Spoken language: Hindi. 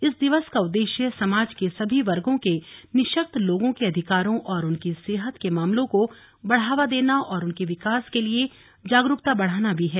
इस दिवस का उद्देश्य समाज के सभी वर्गों के निशक्त लोगों के अधिकारों और उनकी सेहत के मामलों को बढ़ावा देना और उनके विकास के लिए जागरूकता बढ़ाना भी है